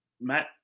Matt –